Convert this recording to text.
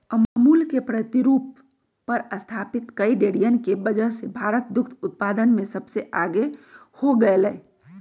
अमूल के प्रतिरूप पर स्तापित कई डेरियन के वजह से भारत दुग्ध उत्पादन में सबसे आगे हो गयलय